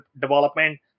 development